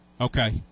Okay